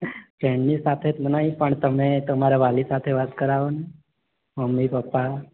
ફ્રેન્ડની સાથે તો નહીં પણ તમે તમારા વાલી સાથે વાત કરાવો ને મમ્મી પપ્પા